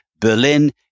Berlin